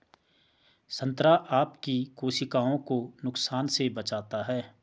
संतरा आपकी कोशिकाओं को नुकसान से बचाता है